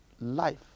life